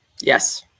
Yes